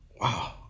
wow